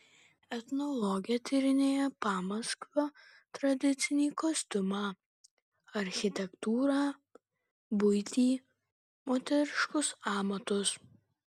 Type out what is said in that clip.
etnologė tyrinėja pamaskvio tradicinį kostiumą architektūrą buitį moteriškus amatus